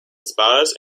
spas